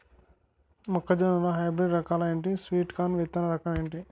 మొక్క జొన్న లో హైబ్రిడ్ రకాలు ఎంటి? స్వీట్ కార్న్ విత్తన రకం ఏంటి?